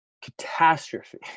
catastrophe